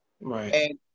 Right